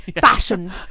fashion